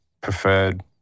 preferred